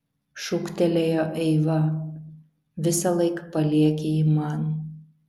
šūktelėjo eiva visąlaik palieki jį man